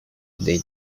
they